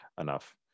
enough